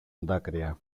δάκρυα